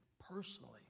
personally